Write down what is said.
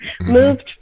moved